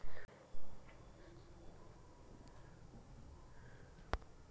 गेहूं के कटाई या कटाई बर सब्बो ले बढ़िया टेक्टर कोन सा हवय?